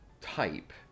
type